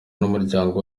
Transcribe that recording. n’umuryango